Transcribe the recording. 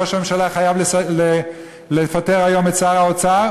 ראש הממשלה חייב לפטר היום את שר האוצר,